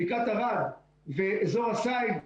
בקעת ערד ואזור א-סייד,